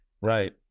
right